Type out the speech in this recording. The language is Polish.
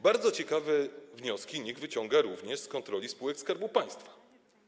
Bardzo ciekawe wnioski NIK wyciąga również z kontroli spółek Skarbu Państwa.